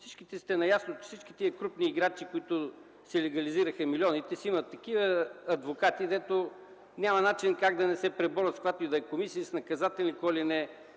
всички тези крупни играчи, които легализираха милионите си, имат такива адвокати, дето няма начин как да не се преборят с каквато и да е комисия и с наказателна,